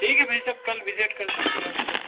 ठीक है भाई साहब कल विजेट करते हैं फ़िर आपसे